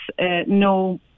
no